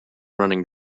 running